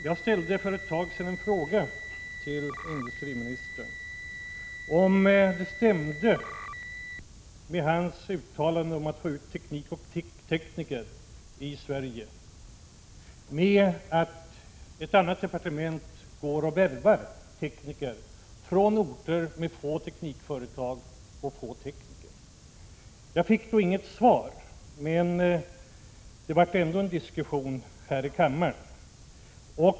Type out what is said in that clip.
För ett tag sedan ställde jag en fråga till industriministern, huruvida det stämmer överens med hans uttalanden att han vill få ut teknik och tekniker i Sverige, när ett annat departement än hans eget går och värvar tekniker från orter med få teknikföretag och få tekniker. Jag fick inget besked då, men det blev ändå en diskussion här i kammaren.